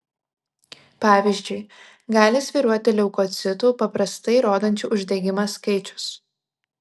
pavyzdžiui gali svyruoti leukocitų paprastai rodančių uždegimą skaičius